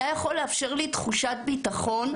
היה יכול לאפשר לי תחושת ביטחון,